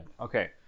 Okay